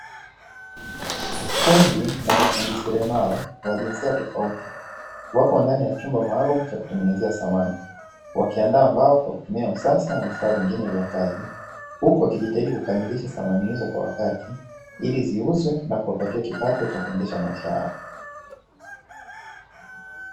Kundi la mafundi seremala wa jinsia tofauti, wako ndani ya chumba maalumu cha kutengenezea samani, wakiandaa mbao kwa kutumia msasa na vifaa vingine vya kazi. Huku wakijitahidi kukamilisha samani hizo kwa wakati ili ziuzwe na kuwapatia kipato cha kuendesha maisha yao.